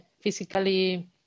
physically